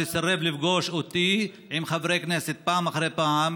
שסירב פעם אחרי פעם לפגוש אותי עם חברי כנסת ועם